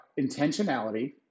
intentionality